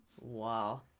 Wow